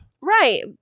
Right